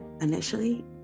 Initially